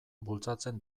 bultzatzen